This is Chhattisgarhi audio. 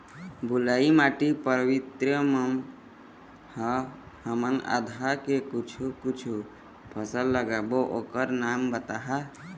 बलुई माटी पर्वतीय म ह हमन आदा के कुछू कछु फसल लगाबो ओकर नाम बताहा?